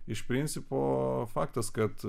iš principo faktas kad